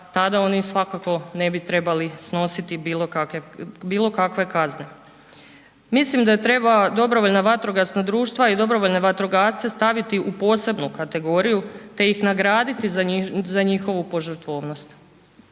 tada oni svakako ne bi trebali snositi bilo kakve kazne. Mislim da treba dobrovoljna vatrogasna društva i dobrovoljne vatrogasce staviti u posebnu kategoriju te ih nagraditi za njihovu požrtvovnost.